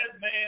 man